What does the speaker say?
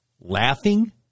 laughing